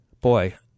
boy